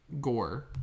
Gore